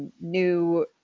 new